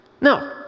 No